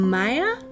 Maya